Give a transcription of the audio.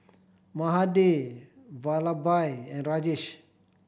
Mahade Vallabhbhai and Rajesh